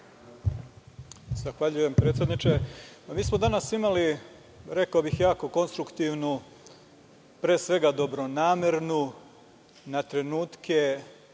Zahvaljujem, predsedniče. Mi smo danas imali, rekao bih, jako konstruktivnu, pre svega dobronamernu, na trenutke